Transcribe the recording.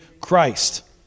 Christ